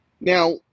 Now